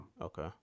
Okay